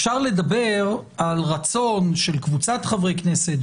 אפשר לדבר על רצון של קבוצת חברי כנסת,